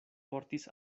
portis